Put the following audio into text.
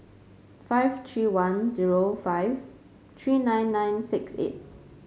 five three one zero five three nine nine six eight